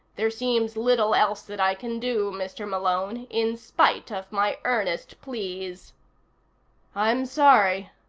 there seems little else that i can do, mr. malone in spite of my earnest pleas i'm sorry,